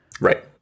right